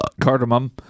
Cardamom